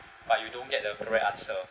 but you don't get the correct answer